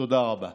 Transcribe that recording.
תודה רבה.